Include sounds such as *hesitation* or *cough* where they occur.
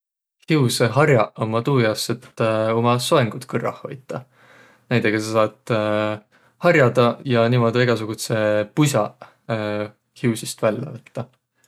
Hiusõhar'aq ummaq tuu jaos, et *hesitation* uma soengut kõrrah hoitaq. Näidega saq saat *hesitation* har'adaq ja niimuudu egäsugudsõq pus'aq hiussist vällä võttaq.